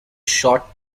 short